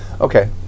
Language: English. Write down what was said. Okay